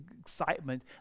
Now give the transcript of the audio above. excitement